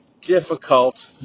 difficult